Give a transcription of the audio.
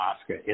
Oscar